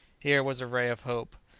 here was a ray of hope!